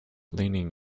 leaning